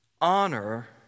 honor